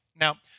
Now